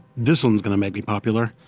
this one is gonna make me popular.